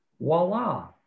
voila